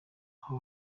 aha